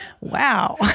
Wow